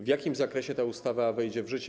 W jakim zakresie ta ustawa wejdzie w życie?